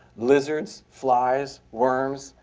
lizards, flies, worms,